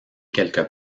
quelque